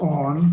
on